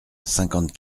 cinquante